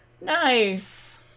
Nice